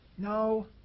No